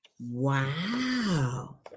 Wow